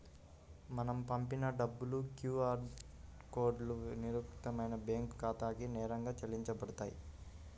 మనం పంపిన డబ్బులు క్యూ ఆర్ కోడ్లో నిక్షిప్తమైన బ్యేంకు ఖాతాకి నేరుగా చెల్లించబడతాయి